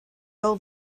old